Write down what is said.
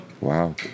Wow